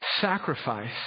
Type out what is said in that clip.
sacrifice